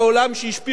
לא היה ריאלי.